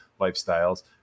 lifestyles